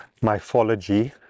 mythology